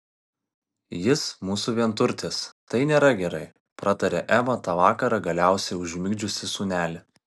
jis mūsų vienturtis tai nėra gerai pratarė ema tą vakarą galiausiai užmigdžiusi sūnelį